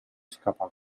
escapar